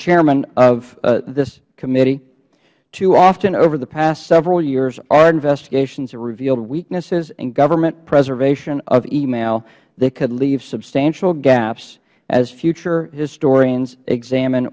chairman of this committee too often over the past several years our investigations have revealed weaknesses in government preservation of email that could leave substantial gaps as future historians examine